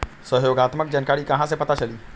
सहयोगात्मक जानकारी कहा से पता चली?